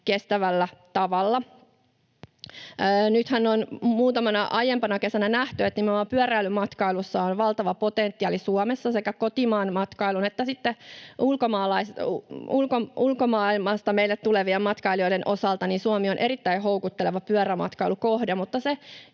kestävällä tavalla. Nythän on muutamana aiempana kesänä nähty, että nimenomaan pyöräilymatkailussa on valtava potentiaali Suomessa. Sekä kotimaanmatkailuun että sitten ulkomailta meille tulevien matkailijoiden osalta Suomi on erittäin houkutteleva pyörämatkailukohde,